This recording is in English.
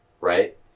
right